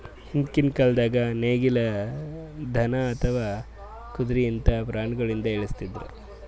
ಹಿಂದ್ಕಿನ್ ಕಾಲ್ದಾಗ ನೇಗಿಲ್, ದನಾ ಅಥವಾ ಕುದ್ರಿಯಂತಾ ಪ್ರಾಣಿಗೊಳಿಂದ ಎಳಸ್ತಿದ್ರು